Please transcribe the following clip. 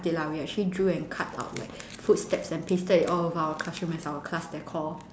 we actually drew and cut out like footsteps and pasted it all over our classroom as our class decor